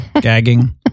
gagging